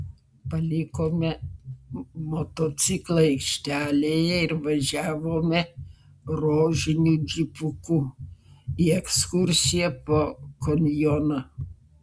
palikome motociklą aikštelėje ir važiavome rožiniu džipuku į ekskursiją po kanjoną